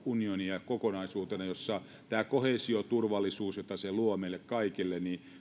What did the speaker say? unionia kokonaisuutena jossa tämä koheesioturvallisuus jota se luo meille kaikille